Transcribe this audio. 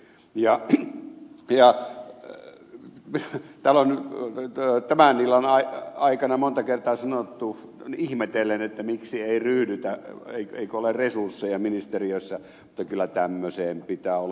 jaaksi ja vasta talon pitää tämän illan aikana on monta kertaa sanottu ihmetellen miksi ei ryhdytä eikö ole resursseja ministeriössä mutta kyllä tämmöiseen pitää olla